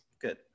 Good